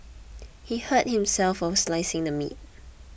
he hurt himself while slicing the meat